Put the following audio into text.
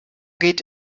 geht